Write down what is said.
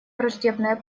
враждебная